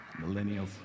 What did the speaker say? millennials